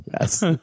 Yes